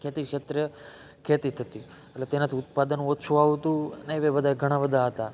ખેતી ક્ષેત્રે ખેતી થતી એટલે તેનાથી ઉત્પાદન ઓછું આવતું ને એવા ઘણા બધા હતાં